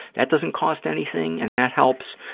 that doesn't cost anything and that helps.